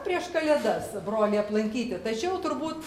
prieš kalėdas brolį aplankyti tačiau turbūt